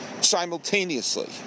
simultaneously